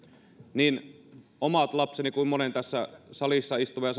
niin omat lapseni kuin monen tässä salissa istuvan